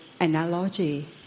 analogy